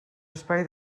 espai